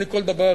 אני בכל דבר,